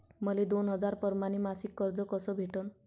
मले दोन हजार परमाने मासिक कर्ज कस भेटन?